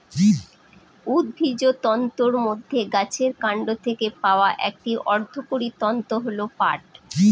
উদ্ভিজ্জ তন্তুর মধ্যে গাছের কান্ড থেকে পাওয়া একটি অর্থকরী তন্তু হল পাট